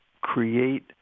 create